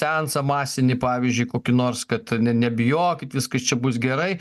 seansą masinį pavyzdžiui kokį nors kad ne nebijokit viskas čia bus gerai